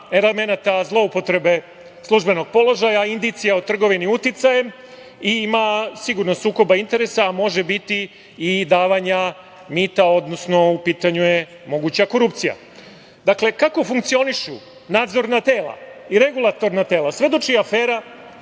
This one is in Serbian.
elemenata zloupotrebe službenog položaja, indicija o trgovini uticajem i ima sigurno sukoba interesa, a može biti i davanja mita odnosno u pitanju je moguća korupcija. Dakle, kako funkcionišu nadzorna tela i regulatorna tela svedoči afera